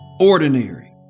ordinary